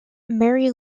mary